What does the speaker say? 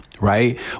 right